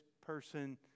person